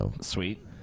Sweet